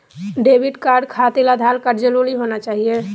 Debit card खातिर Aadhaar card जरूरी होना चाहिए?